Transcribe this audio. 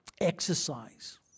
exercise